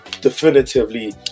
definitively